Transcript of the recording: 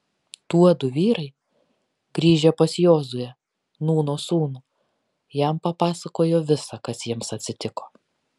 tuodu vyrai grįžę pas jozuę nūno sūnų jam papasakojo visa kas jiems atsitiko